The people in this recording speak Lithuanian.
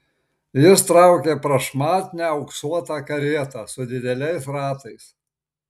jis traukė prašmatnią auksuotą karietą su dideliais ratais